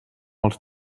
els